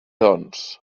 doncs